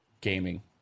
gaming